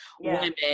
women